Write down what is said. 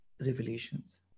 revelations